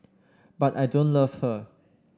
but I don't love her